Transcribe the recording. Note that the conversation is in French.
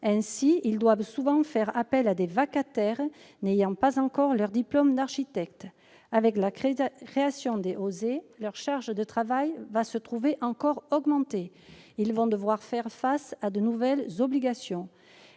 Ainsi, ils doivent souvent faire appel à des vacataires n'ayant pas encore leur diplôme d'architecte. Avec la création des OSER, leur charge de travail va se trouver encore augmentée, et ils vont devoir faire face à de nouvelles obligations.